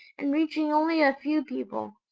and reaching only a few people.